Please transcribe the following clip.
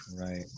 right